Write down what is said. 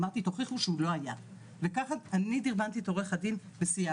אמרתי תוכיחו שהוא לא היה וככה אני דרבנתי את עורך הדין וסיימנו.